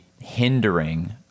hindering